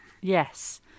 Yes